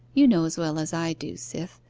you know as well as i do, cyth,